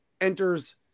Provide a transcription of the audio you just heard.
enters